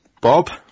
Bob